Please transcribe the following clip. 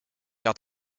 had